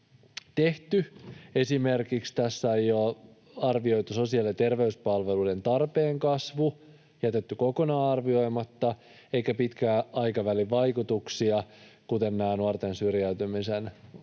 tehty. Tässä ei ole arvioitu esimerkiksi sosiaali- ja terveyspalveluiden tarpeen kasvua — se on jätetty kokonaan arvioimatta — eikä pitkän aikavälin vaikutuksia, kuten näitä nuorten syrjäytymisen